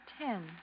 Ten